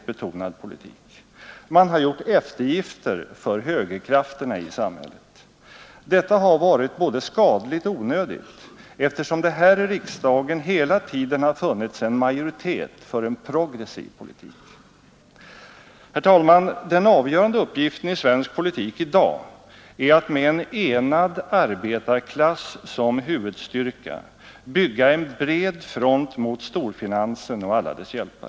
Men i själva verket var ni från centerns och moderaternas sida så fyllda av taktiskt nit att ni störtade ut och försökte göra detta till en stor politisk stridsfråga. Då sade jag att i så fall är det bättre att klippa bort frågan innan den gjort ännu större skada och rivit upp ännu större känslostormar bland människorna.